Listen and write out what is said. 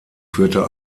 führte